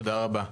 תודה רבה,